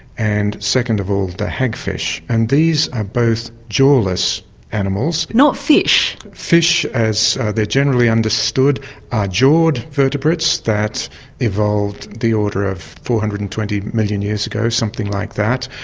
and second of all the hagfish. and these are both jawless animals. not fish? fish as they're generally understood are jawed vertebrates that evolved in the order of four hundred and twenty million years ago, something like that,